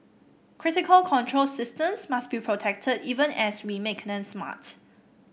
critical control systems must be protected even as we make them smart